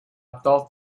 thought